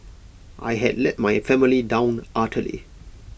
I had let my family down utterly